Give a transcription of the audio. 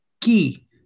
key